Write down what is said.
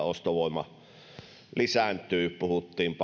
ostovoima lisääntyy puhuttiinpa